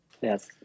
yes